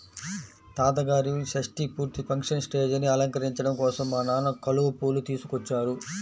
తాతగారి షష్టి పూర్తి ఫంక్షన్ స్టేజీని అలంకరించడం కోసం మా నాన్న కలువ పూలు తీసుకొచ్చారు